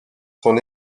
son